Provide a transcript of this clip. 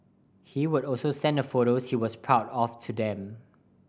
he would also send the photos he was proud of to them